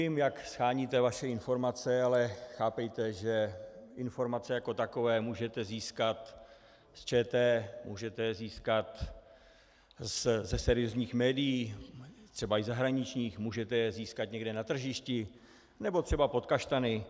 Vím, jak sháníte vaše informace, ale chápejte, že informace jako takové můžete získat z ČT, můžete je získat ze seriózních médií, třeba i zahraničních, můžete je získat někde na tržišti nebo třeba pod kaštany.